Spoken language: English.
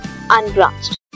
unbranched